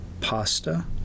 pasta